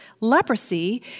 leprosy